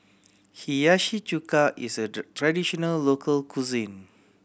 Hiyashi Chuka is a traditional local cuisine